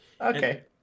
Okay